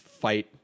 fight